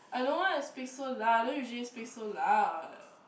I don't want to speak so loud I don't usually speak so loud